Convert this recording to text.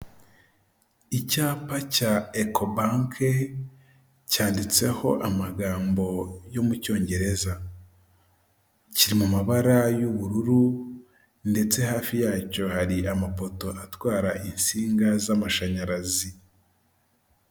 Icyapa cya Eco bank cyanditseho amagambo yo mu Cyongereza, kiri mu mabara y'ubururu ndetse hafi yacyo hari amapoto atwara insinga z'amashanyarazi.